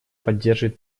поддерживает